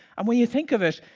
and when you think of it,